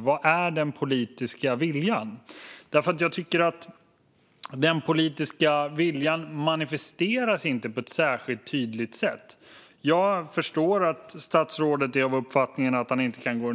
Vad är den politiska viljan? Jag tycker att denna politiska vilja inte manifesteras på ett särskilt tydligt sätt. Jag förstår att statsrådet är av uppfattningen att han inte kan föregripa